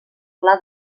pla